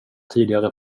tidigare